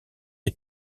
les